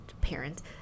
parents